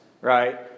right